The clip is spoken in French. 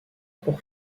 pour